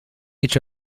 each